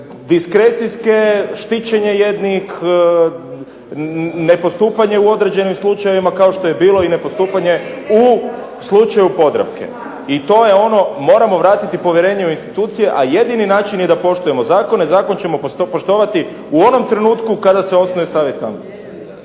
diskrecijske, štićenje jednih, nepostupanje u određenim slučajevima kao što je bilo i nepostupanje u slučaju Podravke. I to je ono, moramo vratiti povjerenje u institucije, a jedini način je da poštujemo zakone. Zakon ćemo poštovati u onom trenutku kada se osnuje Savjet